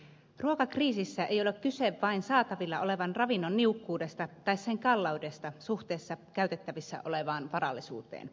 ruokakriisissä ei ole kyse vain saatavilla olevan ravinnon niukkuudesta tai sen kalleudesta suhteessa käytettävissä olevaan varallisuuteen